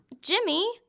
Jimmy